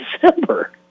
December